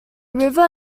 river